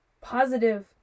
positive